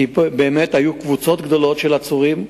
כי היו קבוצות גדולות של עצורים.